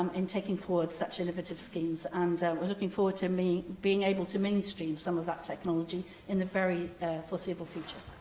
um in taking forward such innovative schemes. and we're looking forward to being able to mainstream some of that technology in the very foreseeable future.